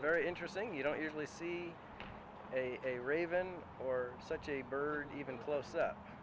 very interesting you don't usually see a raven or such a bird even close up